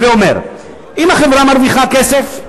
הווי אומר, אם החברה מרוויחה כסף,